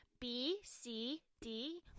B-C-D